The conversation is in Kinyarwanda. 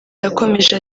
yakomeje